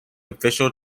official